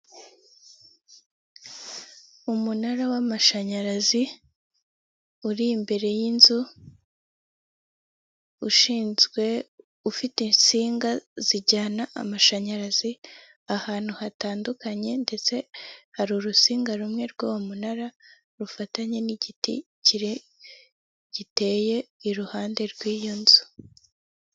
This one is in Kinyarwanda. Umunara w'amashanyarazi uri imbere y'inzu ushinzwe ufite insinga zijyana amashanyarazi ahantu hatandukanye ndetse hari urusinga rumwe rw'uwo munara rufatanye n'igiti giteye iruhande rw'iyo nzu.